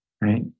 right